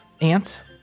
Ants